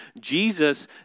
Jesus